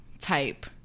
type